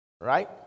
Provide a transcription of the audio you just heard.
Right